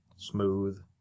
Smooth